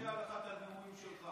אני אשמיע לך את הנאומים שלך.